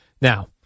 Now